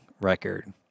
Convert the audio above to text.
record